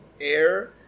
air